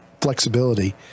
flexibility